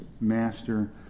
Master